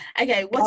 Okay